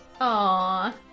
Aw